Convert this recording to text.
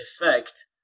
effect